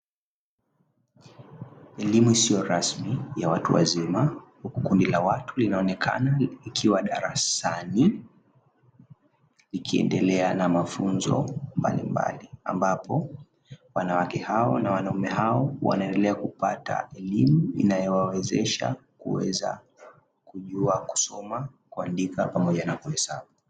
Elimu isiyo rasmi ya watu wazima, kundi la watu linaonekana likiwa darasani. Likiendelea na mafunzo mbalimbali ambapo wanawake hao na wanaume hao, wanaendelea kupata elimu inayowawezesha kuweza kujua kusoma, kuandika pamoja na kuhesabu.